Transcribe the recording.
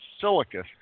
silica